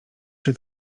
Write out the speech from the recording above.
czy